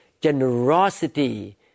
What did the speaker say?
generosity